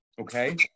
okay